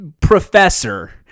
professor